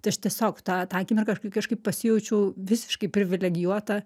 tai aš tiesiog tą tą akimirką aš k kažkaip pasijaučiau visiškai privilegijuota